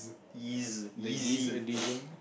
is easy